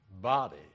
body